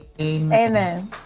Amen